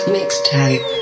Mixtape